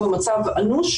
אבל הוא במצב אנוש.